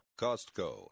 Costco